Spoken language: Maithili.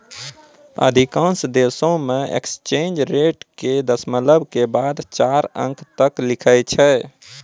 अधिकांश देशों मे एक्सचेंज रेट के दशमलव के बाद चार अंक तक लिखै छै